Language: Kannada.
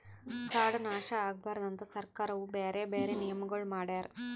ಕಾಡು ನಾಶ ಆಗಬಾರದು ಅಂತ್ ಸರ್ಕಾರವು ಬ್ಯಾರೆ ಬ್ಯಾರೆ ನಿಯಮಗೊಳ್ ಮಾಡ್ಯಾರ್